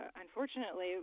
unfortunately